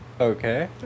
Okay